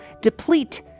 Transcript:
deplete